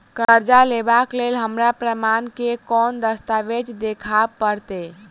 करजा लेबाक लेल हमरा प्रमाण मेँ कोन दस्तावेज देखाबऽ पड़तै?